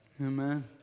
Amen